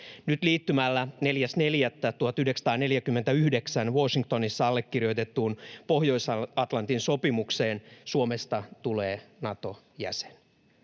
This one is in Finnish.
Nyt liittymällä 4.4.1949 Washingtonissa allekirjoitettuun Pohjois-Atlantin sopimukseen Suomesta tulee Nato-jäsen